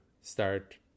start